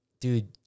Dude